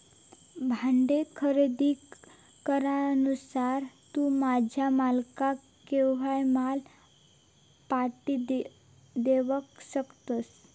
भाडे खरेदी करारानुसार तू तुझ्या मालकाक केव्हाय माल पाटी देवक शकतस